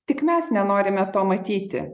tik mes nenorime to matyti